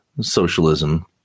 socialism